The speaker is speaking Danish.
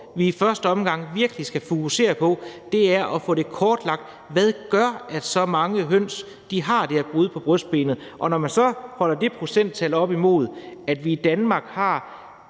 vi i første omgang virkelig skal fokusere på, er at få kortlagt, hvad der gør, at så mange høns har de her brud på brystbenet. Når man så holder det procenttal op imod, at vi i Danmark har